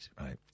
right